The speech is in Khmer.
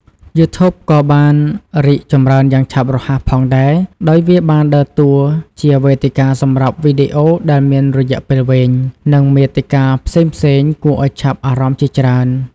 YouTube ក៏បានរីកចម្រើនយ៉ាងឆាប់រហ័សផងដែរ ដោយវាបានដើរតួជាវេទិកាសម្រាប់វីដេអូដែលមានរយៈពេលវែង និងមាតិកាផ្សេងៗគួរឱ្យចាប់អារម្មណ៍ជាច្រើន។